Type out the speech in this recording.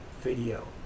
video